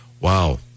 wow